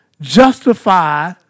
Justify